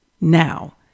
now